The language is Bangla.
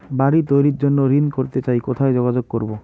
বাড়ি তৈরির জন্য ঋণ করতে চাই কোথায় যোগাযোগ করবো?